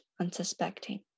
unsuspecting